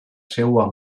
seua